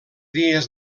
dies